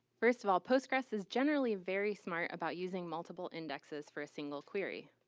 first of all, postgress is generally very smart about using multiple indexes for a single query.